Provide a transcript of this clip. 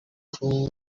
two